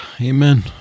Amen